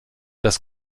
das